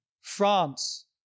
France